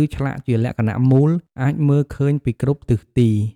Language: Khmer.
ឬឆ្លាក់ជាលក្ខណៈមូល អាចមើលឃើញពីគ្រប់ទិសទី។